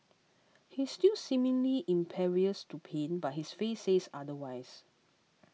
he's still seemingly impervious to pain but his face says otherwise